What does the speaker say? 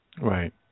Right